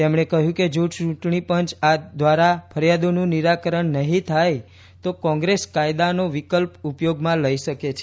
તેમણે કહ્યું કે જો ચૂંટણીપંચ દ્વારા ફરિયાદોનું નિરાકરણ નહીં થાય તો કોંગ્રેસ કાયદાનો વિકલ્પ ઉપયોગમાં લઇ શકે છે